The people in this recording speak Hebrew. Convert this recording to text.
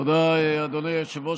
תודה, אדוני היושב-ראש.